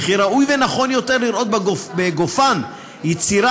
וכי ראוי ונכון יותר לראות בגופן יצירה,